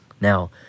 Now